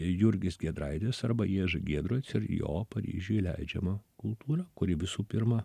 jurgis giedraitis arba ježy giedroic ir jo paryžiuj leidžiama kultūra kuri visų pirma